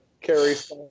carries